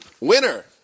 Winner